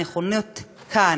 הנכונות כאן.